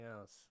else